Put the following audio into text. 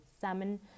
salmon